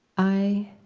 i